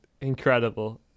Incredible